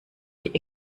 die